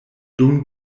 dum